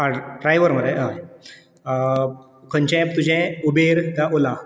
आ driver मरे हय खंयचे एप तुजें उबेर का ओला